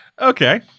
Okay